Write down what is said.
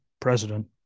president